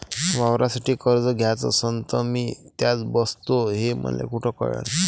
वावरासाठी कर्ज घ्याचं असन तर मी त्यात बसतो हे मले कुठ कळन?